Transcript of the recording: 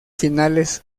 finales